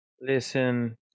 Listen